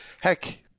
Heck